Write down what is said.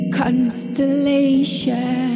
constellation